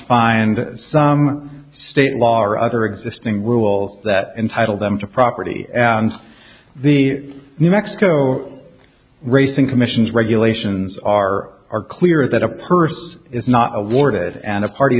find some state law or other existing rules that entitle them to property the new mexico racing commission's regulations are are clear that a purse is not awarded and a party